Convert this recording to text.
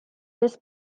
this